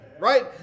Right